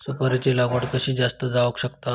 सुपारीची लागवड कशी जास्त जावक शकता?